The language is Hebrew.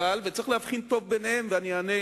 צריך להבחין טוב ביניהם ואני אענה,